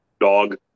dog